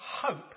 hope